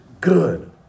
good